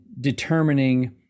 determining